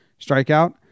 strikeout